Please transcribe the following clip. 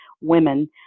women